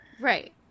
right